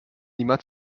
niemand